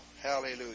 Hallelujah